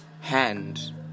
hand